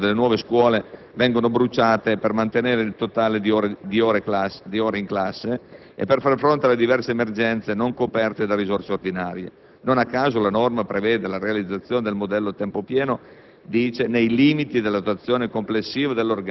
E queste, in virtù della diminuzione dell'organico delle nuove scuole, vengono bruciate per mantenere il totale di ore in classe e per far fronte alle diverse emergenze non coperte da risorse ordinarie. Non a caso la norma prevede la realizzazione del modello a tempo pieno